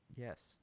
yes